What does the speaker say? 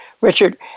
Richard